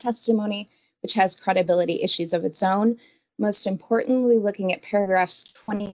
testimony which has credibility issues of its own most importantly looking at paragraphs twenty